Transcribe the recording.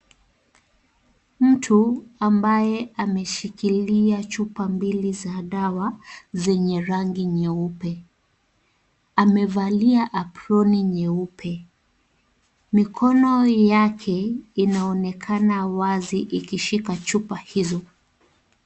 Mtu ambaye ameshikilia chupa mbili za dawa zenye rangi nyeupe. Amevalia aproni nyeupe, mikono yake inaonekana wazi ikishika chupa hizo.